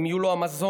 אם יהיו לו המזון,